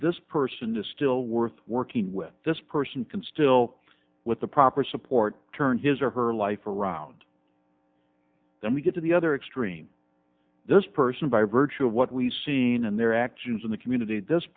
this person to still worth working with this person can still with the proper support turn his or her life around then we get to the other extreme this person by virtue of what we've seen and their actions in the community this